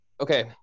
Okay